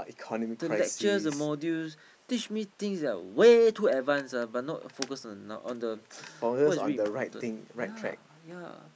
the lectures the modules teach me things that are way too advance ah but not focus on now on the what's really important yeah yeah